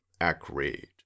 Agreed